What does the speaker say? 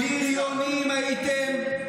בריונים הייתם,